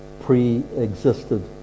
pre-existed